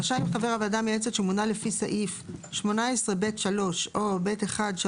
רשאי חבר הוועדה המייעצת שמונה לפי סעיף 18(ב)(3) או (ב1)(3)